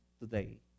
today